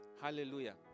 Hallelujah